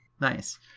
Nice